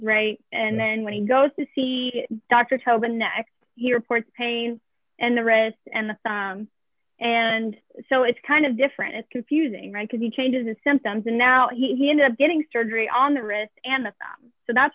right and then when he goes to see a doctor till the next year port pain and the rest and and so it's kind of different it's confusing right because he changes his symptoms and now he ends up getting surgery on the wrist and so that's